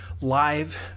Live